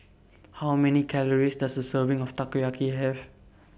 How Many Calories Does A Serving of Takoyaki Have